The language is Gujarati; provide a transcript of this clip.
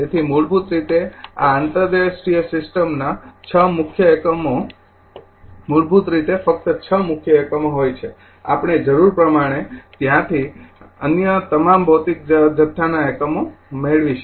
તેથી મૂળભૂત રીતે આ આંતરરાષ્ટ્રીય સિસ્ટમમાં ૬ મુખ્ય એકમો મૂળભૂત રીતે ફકત ૬ મુખ્ય એકમ હોય છે આપણે જરૂર પ્રમાણે જ્યાંથી અન્ય તમામ ભૌતિક જથ્થાના એકમો મેળવી શકાય